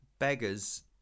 beggars